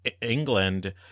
England